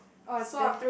uh there's